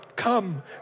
Come